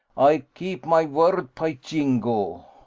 ay keep my word, py yingo!